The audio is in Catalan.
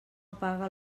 apaga